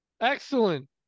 Excellent